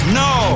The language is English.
no